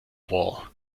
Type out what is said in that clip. wall